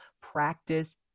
practice